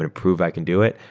to rove i can do it,